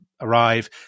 arrive